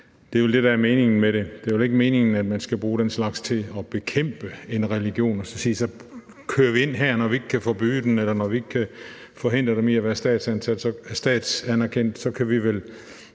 Det er vel det, der er meningen med det. Det er vel ikke meningen, at man skal bruge den slags til at bekæmpe en religion og sige, at så kører vi ind her, når vi ikke kan forbyde den, eller at vi, når vi ikke kan forhindre den i at være statsanerkendt, så kan prøve